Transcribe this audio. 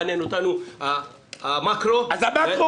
כי מעניין אותנו המקרו --- אז המקרו הוא כולם.